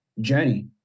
journey